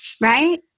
Right